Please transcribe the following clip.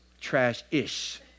trash-ish